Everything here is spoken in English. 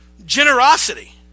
Generosity